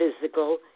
physical